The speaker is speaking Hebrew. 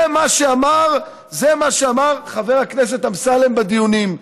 זה מה שאמר חבר הכנסת אמסלם בדיונים,